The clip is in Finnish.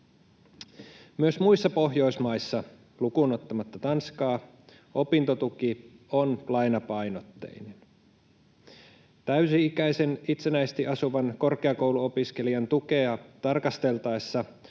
Myös muissa Pohjoismaissa, lukuun ottamatta Tanskaa, opintotuki on lainapainotteinen. Täysi-ikäisen, itsenäisesti asuvan korkeakouluopiskelijan tukea tarkasteltaessa